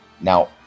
Now